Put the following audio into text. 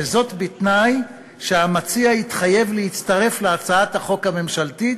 וזאת בתנאי שהמציע יתחייב להצטרף להצעת החוק הממשלתית,